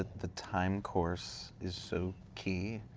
the time course is so key,